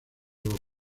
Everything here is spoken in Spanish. los